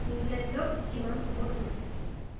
ইংগলেণ্ডত কিমান সময় হৈছে